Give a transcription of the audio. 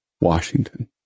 Washington